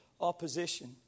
opposition